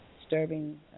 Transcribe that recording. disturbing